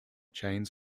chains